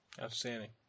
Outstanding